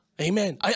Amen